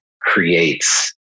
creates